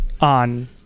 on